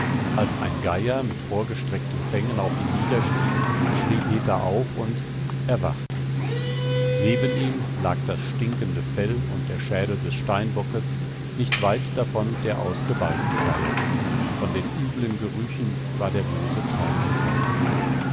als ein geier mit vorgestreckten fängen auf ihn niederstieß schrie peter auf und erwachte neben ihm lagen das stinkende fell und der schädel des steinbockes nicht weit davon der ausgebalgte geier von den üblen gerüchen war der böse traum gekommen